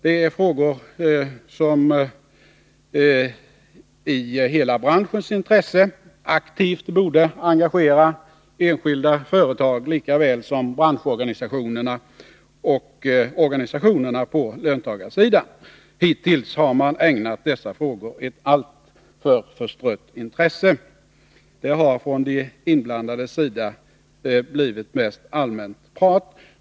Det är frågor som i hela branschens intresse borde aktivt engagera enskilda företag lika väl som branschorganisationerna och organisationerna på löntagarsidan. Hittills har man ägnat dessa frågor ett alltför förstrött intresse. Det har från de inblandades sida blivit mest allmänt prat.